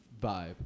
vibe